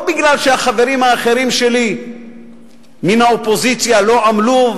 לא מפני שהחברים האחרים שלי מן האופוזיציה לא עמלו,